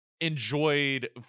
enjoyed